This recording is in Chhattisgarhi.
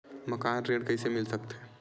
मकान ऋण कइसे मिल सकथे?